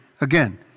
Again